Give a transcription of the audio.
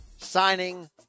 signing